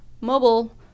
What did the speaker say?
mobile